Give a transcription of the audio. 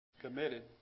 committed